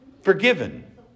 Forgiven